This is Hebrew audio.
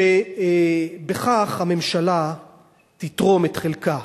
בכך הממשלה תתרום את חלקה